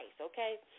okay